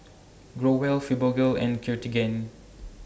Growell Fibogel and Cartigain